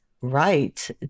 right